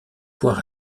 poids